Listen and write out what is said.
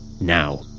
Now